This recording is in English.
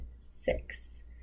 six